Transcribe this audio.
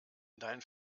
dein